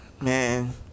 man